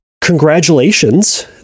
congratulations